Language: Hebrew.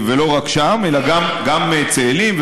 ולא רק שם, אלא גם, צאלים.